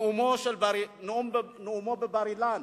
נאומו בבר-אילן,